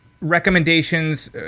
recommendations